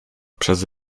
przez